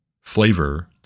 flavor